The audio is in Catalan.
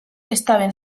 estaven